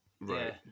Right